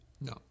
No